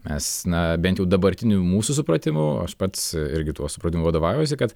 nes na bent jau dabartiniu mūsų supratimu aš pats irgi tuo supratimu vadovaujuosi kad